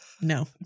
No